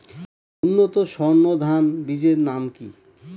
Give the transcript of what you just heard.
উন্নত সর্ন ধান বীজের নাম কি?